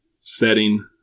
setting